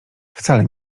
wcale